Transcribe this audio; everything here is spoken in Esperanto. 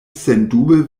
sendube